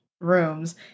rooms